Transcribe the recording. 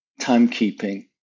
timekeeping